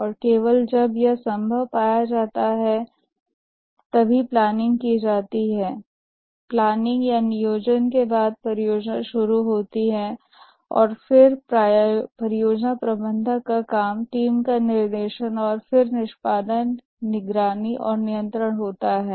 और केवल जब यह संभव पाया जाता है तभी नियोजन किया जाता है और नियोजन के बाद परियोजना शुरू होती है और फिर परियोजना प्रबंधक का काम टीम का निर्देशन निष्पादन निगरानी और नियंत्रण होता है